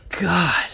god